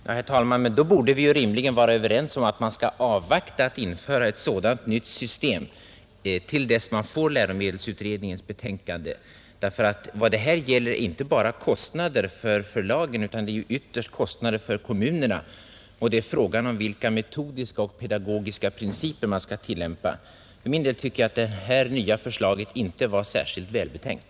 Herr talman! Då borde vi rimligen vara överens om att man skall avvakta att införa ett sådant nytt system tills man får läromedelsutredningens betänkande. Vad det här gäller är inte kostnader för förlagen, utan ytterst kostnader för kommunerna, och det är fråga om vilka metodiska och pedagogiska principer man skall tillämpa. För min del tycker jag att det nya förslaget inte var särskilt välbetänkt.